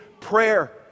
prayer